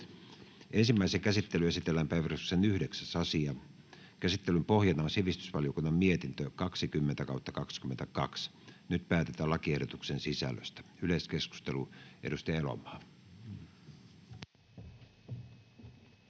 Ensimmäiseen käsittelyyn esitellään päiväjärjestyksen 9. asia. Käsittelyn pohjana on sivistysvaliokunnan mietintö SiVM 20/2022 vp. Nyt päätetään lakiehdotuksen sisällöstä. — Yleiskeskustelu, edustaja Elomaa.